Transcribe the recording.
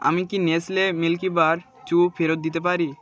আমি কি Nestle Milkybar চু ফেরত দিতে পারি